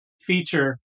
feature